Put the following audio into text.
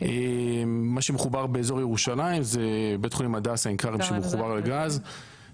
מה שמחובר באזור ירושלים זה בית חולים הדסה עין כרם שמחובר לגז,